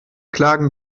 klagen